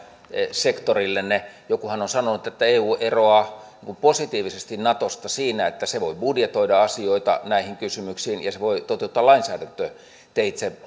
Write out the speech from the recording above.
sektorillenne jokuhan on sanonut että eu eroaa positiivisesti natosta siinä että se voi budjetoida asioita näihin kysymyksiin ja se voi halutessaan toteuttaa lainsäädäntöteitse